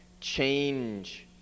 change